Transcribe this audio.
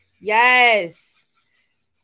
Yes